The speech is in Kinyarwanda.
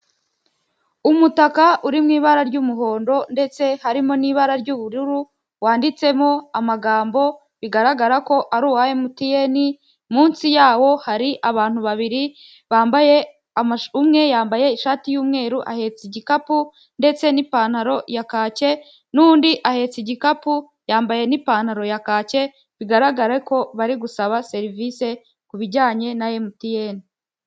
Umutaka uri mu ibara ry'umuhondo ndetse harimo n'ibara ry'ubururu wanditsemo amagambo bigaragara ko ari uwahe emutiyeni munsi yawo hari abantu babiri bambaye ama umwe yambaye ishati y'umweru ahetse igikapu ndetse n'ipantaro ya kake n'undi ahetse igikapu yambaye n'ipantaro ya kake bigaragara ko bari gusaba serivisi ku bijyanye na emutiyeni.